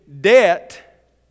debt